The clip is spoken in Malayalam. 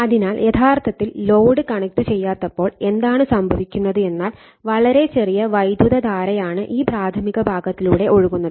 അതിനാൽയഥാർത്ഥത്തിൽ ലോഡ് കണക്റ്റു ചെയ്യാത്തപ്പോൾ എന്താണ് സംഭവിക്കുന്നത് എന്നാൽ വളരെ ചെറിയ വൈദ്യുതധാരയാണ് ഈ പ്രാഥമിക ഭാഗത്തിലൂടെ ഒഴുകുന്നത്